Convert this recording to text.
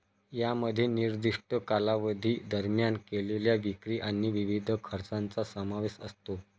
यामध्ये निर्दिष्ट कालावधी दरम्यान केलेल्या विक्री आणि विविध खर्चांचा समावेश असतो